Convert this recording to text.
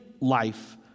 life